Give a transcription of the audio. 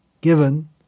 given